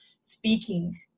speaking